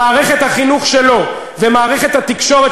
שמערכת החינוך שלו ומערכת התקשורת,